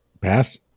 Pass